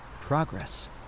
PROGRESS